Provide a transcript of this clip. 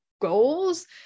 goals